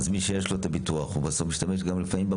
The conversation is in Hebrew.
אז מי שיש לו את הביטוח הוא בסוף משתמש גם במשאבים.